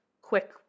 quick